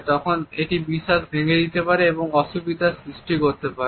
তখন এটি বিশ্বাস ভেঙে দিতে পারে এবং অসুবিধা সৃষ্টি করতে পারে